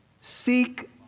seek